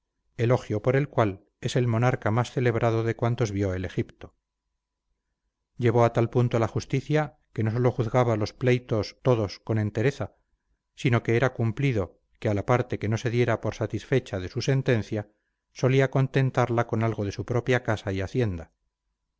elogio por el cual es el monarca más celebrado de cuantos vio el egipto llevó a tal punto la justicia que no solo juzgaba los pleitos todos con entereza sino que era tan cumplido que a la parte que no se diera por satisfecha de su sentencia solía contentarla con algo de su propia casa y hacienda